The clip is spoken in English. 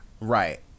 Right